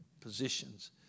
positions